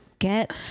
Get